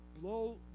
blow